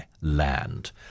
Land